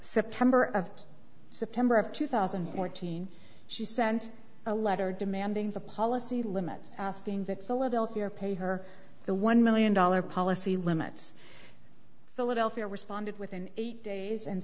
september of september of two thousand and fourteen she sent a letter demanding the policy limits asking that philadelphia pay her the one million dollars policy limits philadelphia responded within eight days and